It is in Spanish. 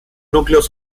núcleos